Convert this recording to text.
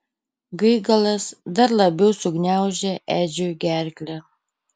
gaigalas dar labiau sugniaužė edžiui gerklę